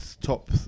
top